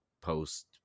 post